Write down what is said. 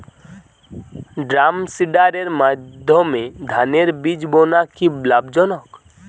ড্রামসিডারের মাধ্যমে ধানের বীজ বোনা কি লাভজনক?